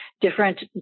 different